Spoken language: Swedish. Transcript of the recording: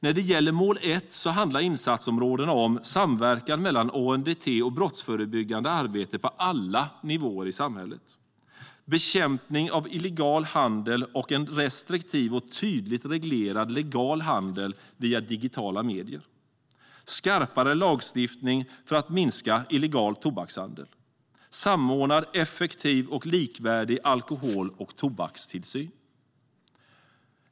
När det gäller mål 1 handlar insatsområdena om samverkan mellan ANDT och brottsförebyggande arbete på alla nivåer i samhället. Det handlar om bekämpning av illegal handel och en restriktiv och tydligt reglerad legal handel via digitala medier, om skarpare lagstiftning för att minska illegal tobakshandel och om samordnad effektiv och likvärdig alkohol och tobakstillsyn.